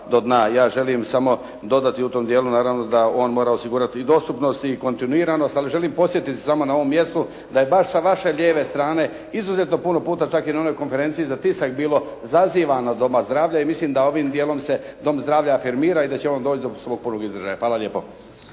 Ja želim samo dodati u tom dijelu. Naravno da on mora osigurati i dostupnost i kontinuiranost, ali želim podsjetiti samo na ovom mjestu, da je bar sa vaše lijeve strane izuzetno puno puta čak i na onoj konferenciji za tisak bilo zazivano od doma zdravlja i mislim da ovim dijelom se dom zdravlja afirmira i da će on doći do svog punog izražaja. Hvala lijepo.